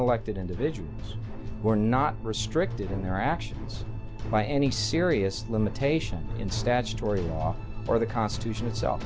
elected individuals who are not restricted in their actions by any serious limitation in statutory law or the constitution itself